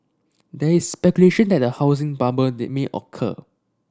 there is speculation that a housing bubble they may occur